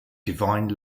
divine